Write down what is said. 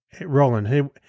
Roland